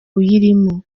uyirimo